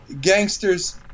Gangsters